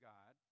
God